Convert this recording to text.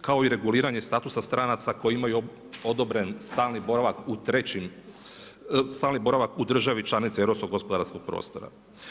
kao i reguliranje statusa stranca koji imaju odobren stalni boravak u državi članici Europskog gospodarskog prostora.